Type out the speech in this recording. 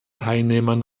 teilnehmern